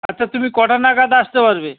আচ্ছা তুমি কটা নাগাদ আসতে পারবে